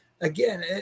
again